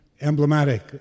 emblematic